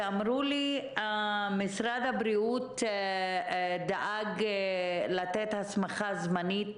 הם אמרו לי שמשרד הבריאות דאג לתת הסמכה זמנית